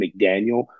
McDaniel